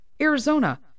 Arizona